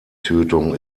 tötung